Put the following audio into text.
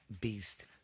beast